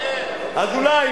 כן --- אזולאי,